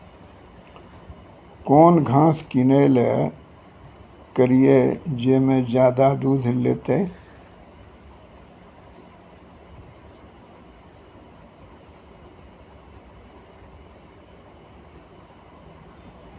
कौन घास किनैल करिए ज मे ज्यादा दूध सेते?